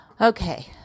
Okay